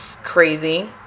Crazy